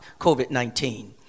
COVID-19